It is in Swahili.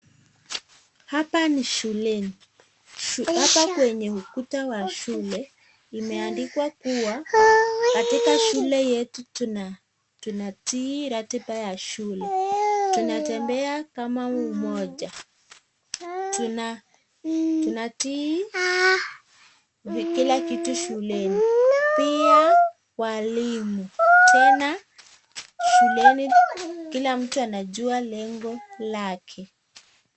Hapa ni shuleni hapa kwenye ukuta wa shule imeandikwa kuwa katika shule yetu tunatii ratiba ya shule ,tunatembea kama umoja, tunatii kila kitu shuleni pia walimu tena shuleni kila mtu anajua lengo lake.